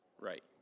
Right